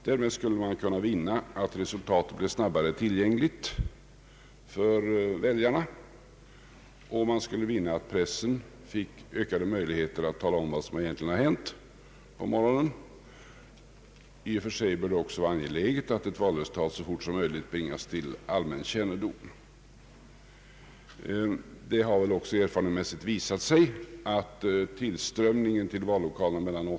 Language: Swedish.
Därmed skulle man kunna vinna att resultatet blev snabbare tillgängligt för väljarna och att pressen fick ökade möjligheter att på morgonen ta la om vad som verkligen har hänt. I och för sig bör det också vara angeläget att ett valresultat så fort som möjligt bringas till allmänhetens kännedom. Det har väl också erfarenhetsmässigt visat sig att tillströmningen till vallokalerna mellan kl.